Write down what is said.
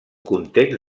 context